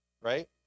right